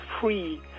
free